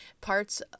parts